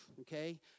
Okay